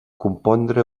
compondre